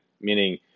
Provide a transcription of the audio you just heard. meaning